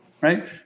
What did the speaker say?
right